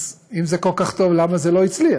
אז אם זה כל כך טוב, למה זה לא הצליח?